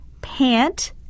Pant